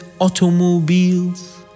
automobiles